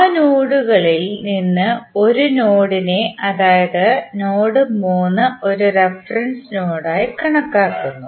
ആ നോഡുകളിൽ നിന്ന് ഒരു നോഡിനെ അതായത് നോഡ് 3 ഒരു റഫറൻസ് നോഡായി കണക്കാക്കുന്നു